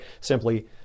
simply